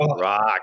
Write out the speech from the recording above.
Rock